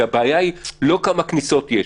כי הבעיה היא לא כמה כניסות יש,